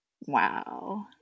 Wow